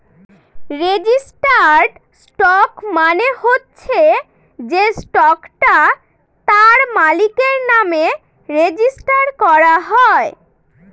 registered stock মানে হচ্ছে সে স্টকটা তার মালিকের নামে রেজিস্টার করা হয়